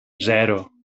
zero